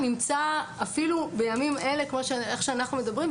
נמצא אפילו בימים אלה כמו שאנחנו מדברים,